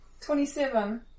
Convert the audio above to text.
27